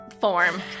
form